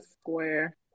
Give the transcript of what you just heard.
square